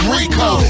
Rico